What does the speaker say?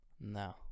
No